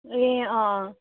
ए अँ